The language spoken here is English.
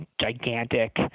gigantic